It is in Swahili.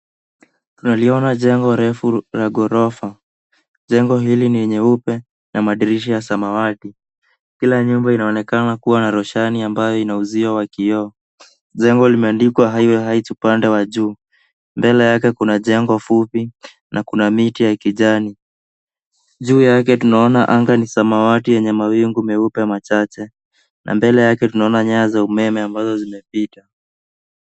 Naliona jengo refu la ghorofa. Jengo hili ni nyeupe na madirisha ya samawati. Kila nyumba inaonekana kuwa na roshani ambayo uzio wa kioo. Jengo limeandikwa Highway Height upande wa juu. Mbele yake kuna jengo fupi na kuna miti ya kijani. Juu yake tunaona anga ya samawati yenye mawingu meupe machache na mbele yake tunaona nyaya za umeme ambazo zimepita.